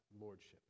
lordship